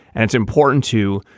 and it's important to.